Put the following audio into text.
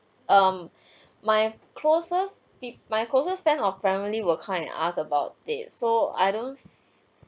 um my closest peo~ my closest friend or family will kind of asked about it so I don't